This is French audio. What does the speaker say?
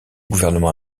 gouvernent